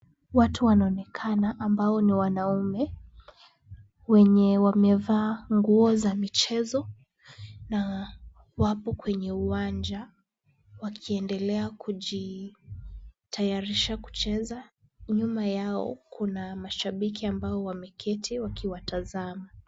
Watu wanaonekana ambao ni wanaume wenye wamevaa nguo za michezo na wapo kwenye uwanja wakiendelea kujitayarisha kucheza. Nyuma yao kuna mashabiki ambao wameketi wakiwatazama.